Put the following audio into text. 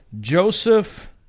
Joseph